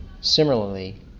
Similarly